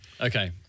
Okay